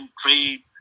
trade